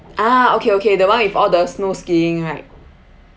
ah okay okay the one with all the snow skiing right